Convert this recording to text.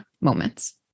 moments